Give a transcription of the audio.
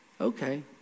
Okay